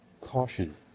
CAUTION